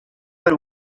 per